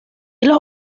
los